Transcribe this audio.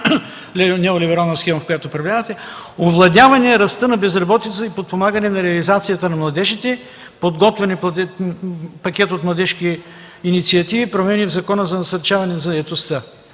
неолиберална схема, по която управлявате – овладяване ръста на безработица и подпомагане на реализацията на младежите, подготвяне пакет от младежки инициативи, промени в Закона за насърчаване заетостта.